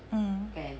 mm